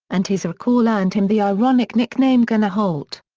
and his recall earned him the ironic nickname gunner holt.